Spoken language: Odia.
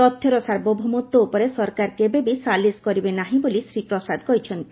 ତଥ୍ୟର ସାର୍ବଭୌମତ୍ୱ ଉପରେ ସରକାର କେବେ ବି ସାଲିସ୍ କରିବେ ନାହିଁ ବୋଲି ଶ୍ରୀ ପ୍ରସାଦ କହିଛନ୍ତି